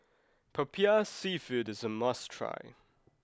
Popiah seafood is a must try